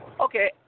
Okay